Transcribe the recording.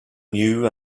new